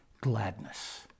Gladness